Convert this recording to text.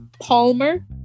Palmer